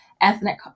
ethnic